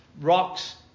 rocks